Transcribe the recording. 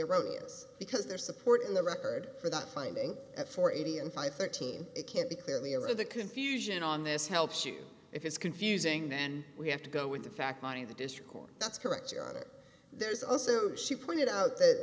erroneous because their support and the record for that finding that for eighty and five thirteen it can't be clearly over the confusion on this helps you if it's confusing then we have to go with the fact finding the district court that's correct on it there's also she pointed out that